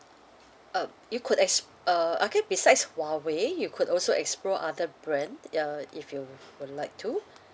uh you could ex~ uh okay besides Huawei you could also explore other brand ya if you would like to